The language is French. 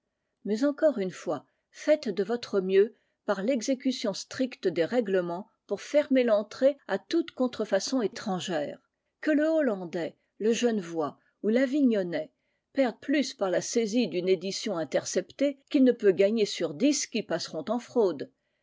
mais encore une fois faites de votre mieux par l'exécution stricte des règlements pour fermer l'entrée à toute contrefaçon étrangère que le hollandais le genevois ou l'avignonnais perde plus par la saisie d'une édition interceptée qu'il ne peut gagner sur dix qui passeront en fraude